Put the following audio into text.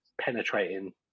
penetrating